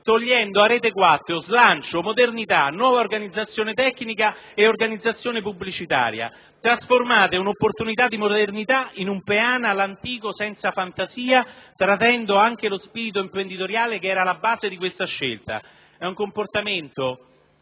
togliendo a Retequattro slancio, modernità, nuova organizzazione tecnica e pubblicitaria. Trasformate un'opportunità di modernità in un peana all'antico senza fantasia, tradendo anche lo spirito imprenditoriale che era alla base di questa scelta. È un comportamento,